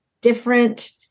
different